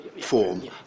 form